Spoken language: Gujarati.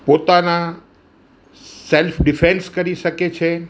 પોતાના સેલ્ફ ડિફેન્સ કરી શકે છે